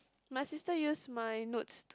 my sister use my notes